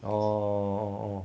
orh